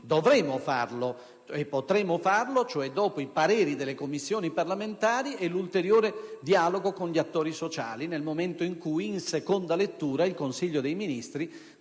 dovremo e potremo farlo, cioè dopo i pareri delle Commissioni parlamentari e l'ulteriore dialogo con gli attori sociali, nel momento in cui, in seconda lettura, il Consiglio dei ministri